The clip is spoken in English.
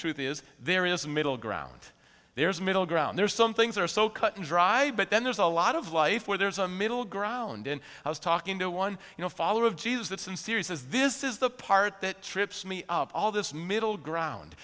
truth is there is a middle ground there's middle ground there's some things are so cut and dried but then there's a lot of life where there's a middle ground in i was talking to one you know follower of jesus that some serious is this is the part that trips me up all this middle ground